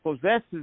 possesses